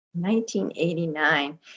1989